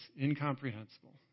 incomprehensible